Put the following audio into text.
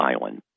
island